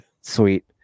sweet